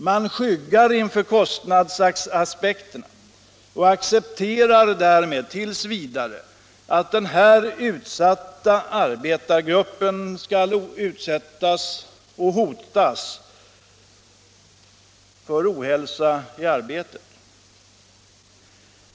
Man skyggar inför kostnadsaspekten och accepterar därmed t. v. att denna utsatta arbetsgrupp skall hotas till hälsan i sitt arbete.